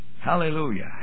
Hallelujah